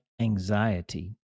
anxiety